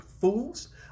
fools